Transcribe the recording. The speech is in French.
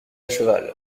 cheval